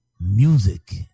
music